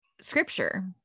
scripture